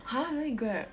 !huh! why need Grab